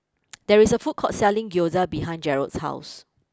there is a food court selling Gyoza behind Jerrod's house